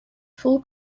full